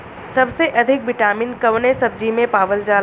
सबसे अधिक विटामिन कवने सब्जी में पावल जाला?